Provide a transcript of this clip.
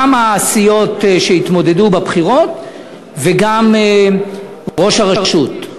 גם של הסיעות שהתמודדו בבחירות וגם של ראש הרשות.